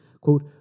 Quote